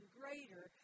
greater